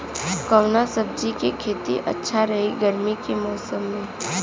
कवना सब्जी के खेती अच्छा रही गर्मी के मौसम में?